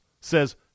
says